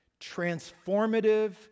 transformative